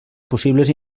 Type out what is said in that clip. possibles